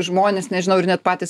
žmones nežinau ir net patys